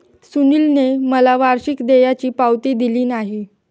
सुनीलने मला वार्षिक देयाची पावती दिली नाही